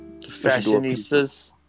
Fashionistas